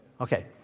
Okay